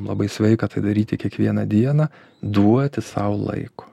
labai sveika tai daryti kiekvieną dieną duoti sau laiko